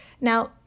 Now